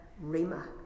rima